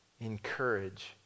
encourage